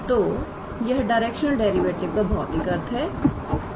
तो यह directional derivative का भौतिक अर्थ है